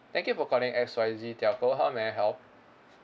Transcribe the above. thank you for calling X Y Z telco how may I help